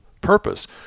purpose